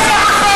אדוני השר,